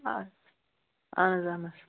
آ اَہَن حظ اَہَن حظ